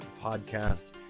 podcast